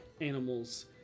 animals